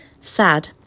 Sad